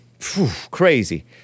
crazy